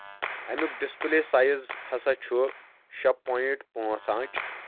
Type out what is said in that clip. اَمیُک display size ہسا چھُ شےٚ پویِنٛٹ پانٛژھ آنچہِ